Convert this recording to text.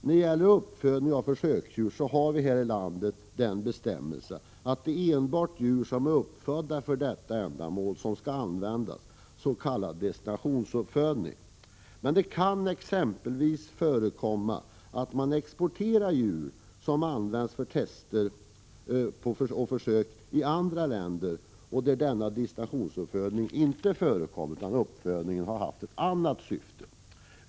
När det gäller uppfödningen av försöksdjur har vi här i landet den bestämmelsen att det enbart är djur som är uppfödda för detta ändamål som skall användas, s.k. destinationsuppfödning. Men det kan exempelvis förekomma att djur exporteras och används för tester och försök i länder där denna destinationsuppfödning inte förekommer, utan uppfödningen kan ha haft ett annat syfte.